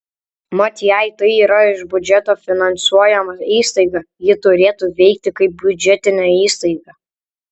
mat jei tai yra iš biudžeto finansuojama įstaiga ji turėtų veikti kaip biudžetinė įstaiga